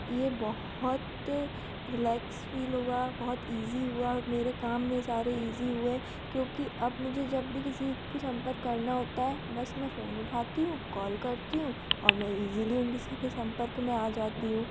ये बहुत relax feel हुआ बहुत ईज़ी हुआ मेरे काम में सारे ईज़ी हुए क्योंकि अब मुझे जब भी किसी को संपर्क करना होता है बस मैं फ़ोन उठाती हूँ कॉल करती हूँ और मैं ईज़िली उसके संपर्क में आ जाती हूँ